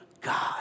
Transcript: God